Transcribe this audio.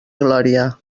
glòria